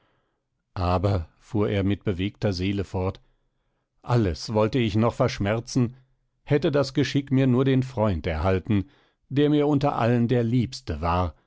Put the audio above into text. aber fuhr er mit bewegter seele fort alles wollte ich noch verschmerzen hätte das geschick mir nur den freund erhalten der mir unter allen der liebste war